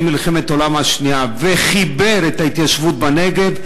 מלחמת העולם השנייה וחיבר להתיישבות בנגב,